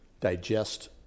digest